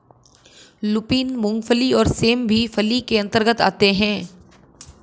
lupin, मूंगफली और सेम भी फली के अंतर्गत आते हैं